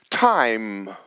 Time